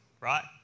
right